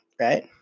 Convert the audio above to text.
right